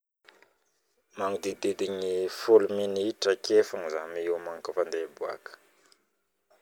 Magnodidigny folo minitra ake fogna zaha miomagna kofa andeh hiboaka